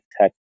tech